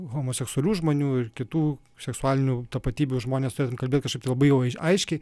homoseksualių žmonių ir kitų seksualinių tapatybių žmones turėtume kalbėt kažkaip labai jau aiškiai